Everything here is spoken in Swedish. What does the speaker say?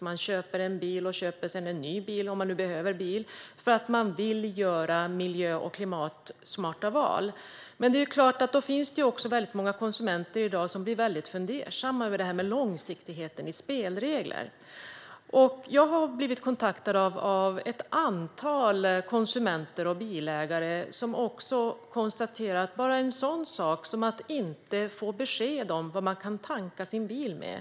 De köper en bil och köper sedan en ny bil - om man nu behöver bil - för att man vill göra miljö och klimatsmarta val. Det är klart att det är många konsumenter som i dag blir fundersamma över detta med långsiktigheten i spelregler. Jag har blivit kontaktad av ett antal konsumenter och bilägare som berättar att de inte får besked om vad man kan tanka sin bil med.